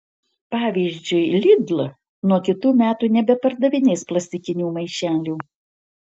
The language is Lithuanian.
pavyzdžiui lidl nuo kitų metų nebepardavinės plastikinių maišelių